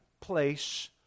place